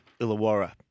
Illawarra